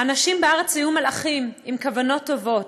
"האנשים בארץ היו מלאכים, עם כוונות טובות",